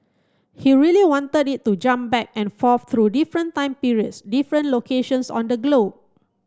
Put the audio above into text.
he really wanted it to jump back and forth through different time periods different locations on the globe